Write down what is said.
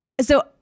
so-